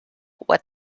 what